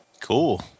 Cool